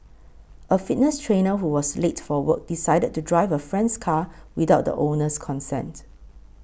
a fitness trainer who was late for work decided to drive a friend's car without the owner's consent